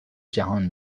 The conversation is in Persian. جهان